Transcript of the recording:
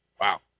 Wow